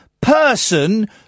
person